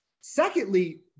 Secondly